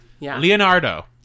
Leonardo